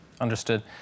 Understood